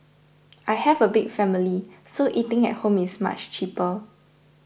I have a big family so eating at home is much cheaper